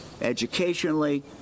educationally